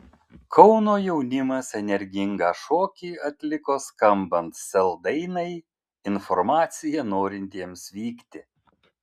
kauno jaunimas energingą šokį atliko skambant sel dainai informacija norintiems vykti